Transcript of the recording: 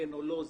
כן או לא.